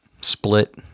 split